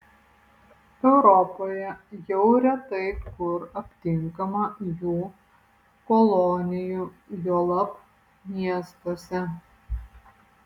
europoje jau retai kur aptinkama jų kolonijų juolab miestuose